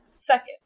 Second